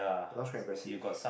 that one is quite impressive